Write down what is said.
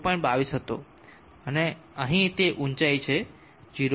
22 હતો અને અહીં તે ઊંચાઈ છે જે 0